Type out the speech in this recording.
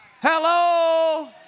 Hello